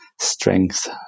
strength